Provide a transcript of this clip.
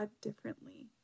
differently